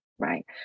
Right